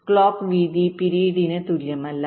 clock വീതി clock പിരീഡിന് തുല്യമല്ല